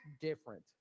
different